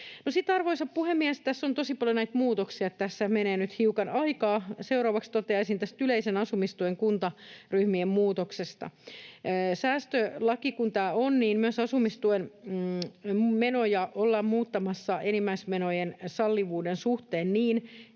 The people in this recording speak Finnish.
arvoisa puhemies — tässä on tosi paljon näitä muutoksia, niin että tässä menee nyt hiukan aikaa — seuraavaksi toteaisin tästä yleisen asumistuen kuntaryhmien muutoksesta: Säästölaki kun tämä on, niin asumistuen menoja ollaan muuttamassa myös enimmäismenojen sallivuuden suhteen niin,